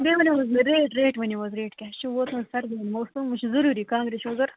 بیٚیہِ ؤنِو حظ مےٚ ریٹ ریٹ ؤنِو حظ ریٹ کیٛاہ چھِ ووتمُت سردی ہُنٛد موسم وۅنۍ چھِ ضروٗری کانٛگرِ چھِ وۅنۍ ضروٗرت